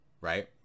right